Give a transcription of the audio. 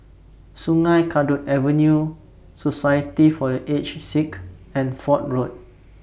Sungei Kadut Avenue Society For The Aged Sick and Fort Road